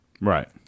Right